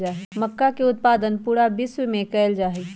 मक्का के उत्पादन पूरा विश्व में कइल जाहई